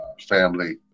family